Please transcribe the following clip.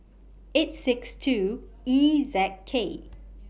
eight six two E Z K